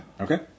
Okay